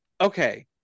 Okay